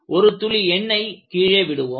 ஒரு துளி எண்ணெய் கீழே விடுவோம்